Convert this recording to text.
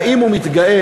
האם הוא מתגאה,